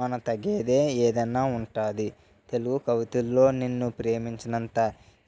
మనకి తగ్గది ఏదన్నా ఉంటుంది తెలుగు కవితలలో నిన్ను ప్రేమించినంత